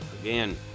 Again